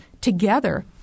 together